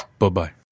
Bye-bye